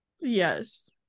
Yes